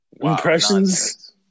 impressions